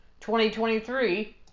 2023